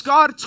God